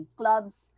club's